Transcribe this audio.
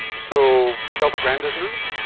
so, self-aggrandisement?